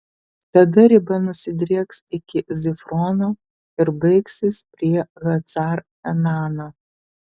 tada riba nusidrieks iki zifrono ir baigsis prie hacar enano